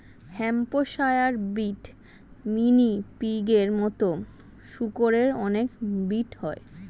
Hampshire breed, mini পিগের মতো শুকরের অনেক ব্রিড হয়